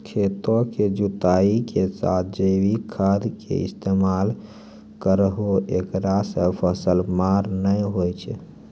खेतों के जुताई के साथ जैविक खाद के इस्तेमाल करहो ऐकरा से फसल मार नैय होय छै?